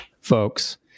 folks